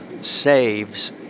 saves